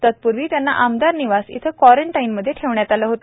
तत्पूर्वी त्यांना आमदार निवास येथे कॉरान्टाईनमध्ये ठेवण्यात आले होते